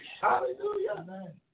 Hallelujah